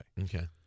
Okay